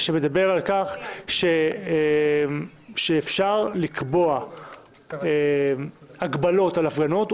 לכך שאפשר לקבוע הגבלות על הפגנות,